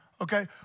okay